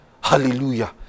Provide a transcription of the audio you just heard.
Hallelujah